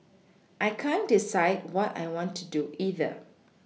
I can't decide what I want to do either